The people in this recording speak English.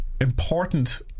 important